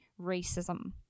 racism